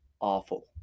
awful